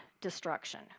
destruction